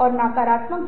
हो सकता है